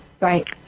Right